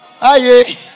Aye